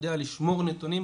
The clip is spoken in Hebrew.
יודע לשמור נתונים,